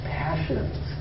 passions